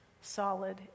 solid